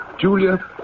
Julia